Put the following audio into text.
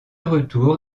retour